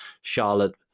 charlotte